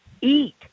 eat